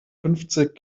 fünfzig